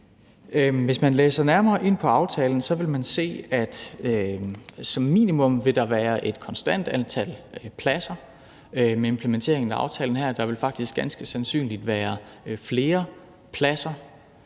Hvis man læser nærmere ind i aftalen, vil man se, at der som minimum vil være et konstant antal pladser med implementeringen af aftalen her, og der vil faktisk ganske sandsynligt være flere pladser.